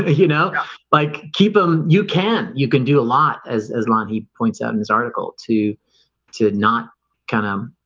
ah you know like keep them um you can you can do a lot as as long he points out in his article to to not kind of ah,